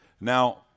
Now